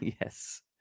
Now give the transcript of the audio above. Yes